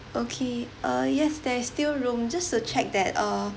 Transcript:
okay uh yes there is still room just to check err